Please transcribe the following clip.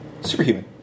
superhuman